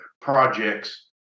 projects